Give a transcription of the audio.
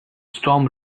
storm